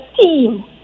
team